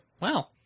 Wow